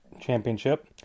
Championship